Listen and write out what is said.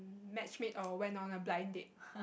match made or went on a blind date